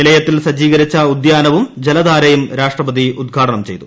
നിലയത്തിൽ സജീകരിച്ച ഉദ്യാനവും ജലധാരയും രാഷ്ട്രപതി ഉദ്ഘാടനം ചെയ്തു